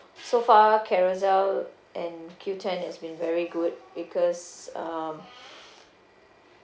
so far Carousell and Qoo ten has been very good because um